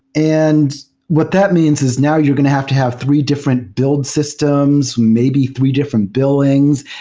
and what that means is now you're going to have to have three different build systems, maybe three different billings,